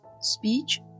speech